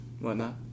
whatnot